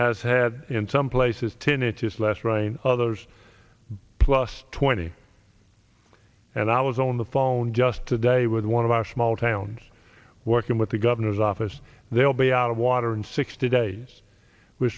has had in some places tinnitus less rain others plus twenty and i was on the phone just today with one of our small towns working with the governor's office they will be out of water in sixty days w